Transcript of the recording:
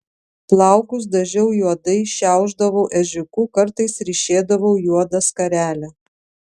plaukus dažiau juodai šiaušdavau ežiuku kartais ryšėdavau juodą skarelę